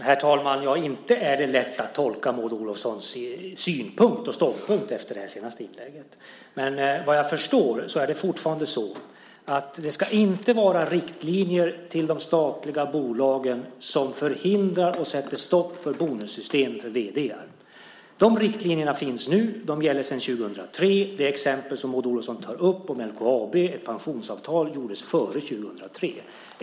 Herr talman! Ja, inte är det lätt att tolka Maud Olofssons synpunkt och ståndpunkt efter det här senaste inlägget. Men vad jag förstår är det fortfarande så att det inte ska vara riktlinjer till de statliga bolagen som förhindrar och sätter stopp för bonussystem för vd:ar. De riktlinjerna finns nu, och de gäller sedan 2003. Det pensionsavtal i LKAB som Maud Olofsson tog som exempel gjordes före 2003.